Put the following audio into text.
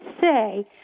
say